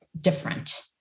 different